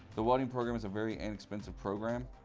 the welding program is a very inexpensive program.